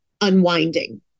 unwinding